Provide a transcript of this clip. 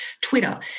Twitter